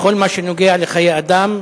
בכל מה שנוגע לחיי אדם,